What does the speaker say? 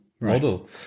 model